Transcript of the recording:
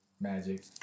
Magic